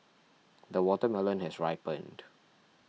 the watermelon has ripened